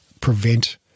prevent